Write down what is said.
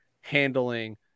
handling